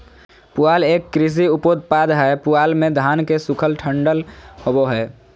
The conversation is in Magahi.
पुआल एक कृषि उपोत्पाद हय पुआल मे धान के सूखल डंठल होवो हय